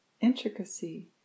intricacy